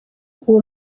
uwo